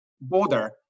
border